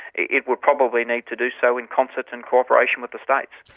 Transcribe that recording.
it would probably need to do so in concert and cooperation with the states.